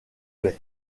bay